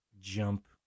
jump